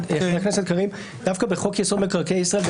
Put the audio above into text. דווקא בחוק-יסוד: מקרקעי ישראל,